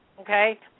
okay